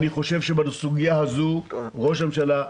אני חושב שבסוגיה הזו ראש הממשלה,